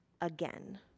again